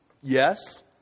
Yes